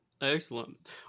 excellent